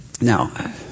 Now